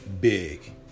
big